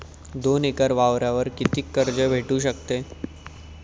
दोन एकर वावरावर कितीक कर्ज भेटू शकते?